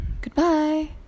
goodbye